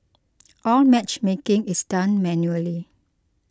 all matchmaking is done manually